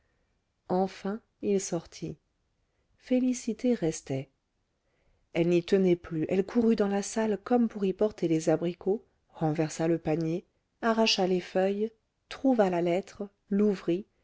enfin il sortit félicité restait elle n'y tenait plus elle courut dans la salle comme pour y porter les abricots renversa le panier arracha les feuilles trouva la lettre l'ouvrit